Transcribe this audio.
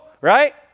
right